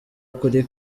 kuri